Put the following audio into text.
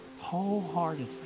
wholeheartedly